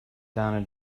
down